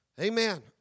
Amen